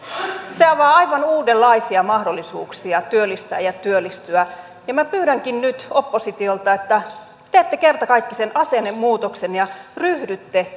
avaa aivan uudenlaisia mahdollisuuksia työllistää ja työllistyä minä pyydänkin nyt oppositiolta että teette kertakaikkisen asennemuutoksen ja ryhdytte